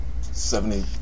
Seventy